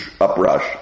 uprush